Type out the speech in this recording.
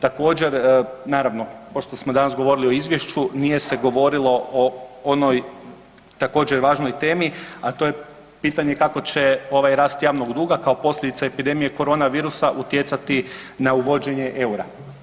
Također, naravno pošto smo danas govorili o izvješćuj nije se govorilo o onoj također važnoj temi, a to je pitanje kako će rast javnog duga kao posljedica epidemije corona virusa utjecati na uvođenje eura.